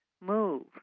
Move